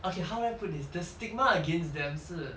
okay how do I put this the stigma against them 是